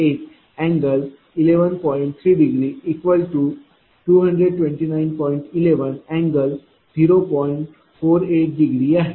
48° आहे